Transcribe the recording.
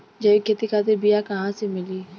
जैविक खेती खातिर बीया कहाँसे मिली?